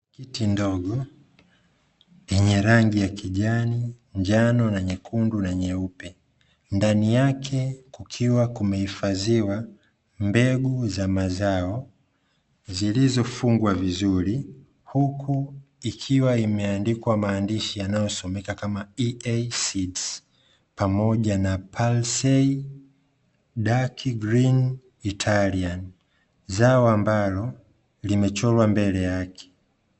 Kiti ndogo yenye rangi ya kijani, njano na nyekundu na nyeupe. Ndani yake kukiwa kumehifadhiwa mbegu za mazao, zilizofungwa vizuri, huku ikiwa imeandikwa maandishi yanayo someka kama "EA seeds" pamoja na "parsey daki green italian" zao ambalo limechorwa mbele yake.